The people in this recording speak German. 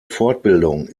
fortbildung